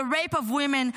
the rape of women,